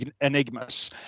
enigmas